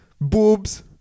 Boobs